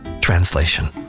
translation